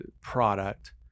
product